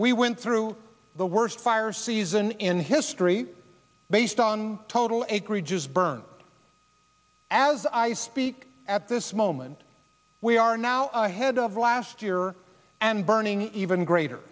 we went through the worst fire season in history based on total acreage is burned as i speak at this moment we are now ahead of last year and burning even greater